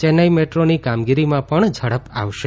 ચેન્નાઇ મેદ્રોની કામગીરીમાં પણ ઝડપ આવશે